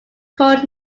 called